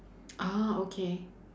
ah okay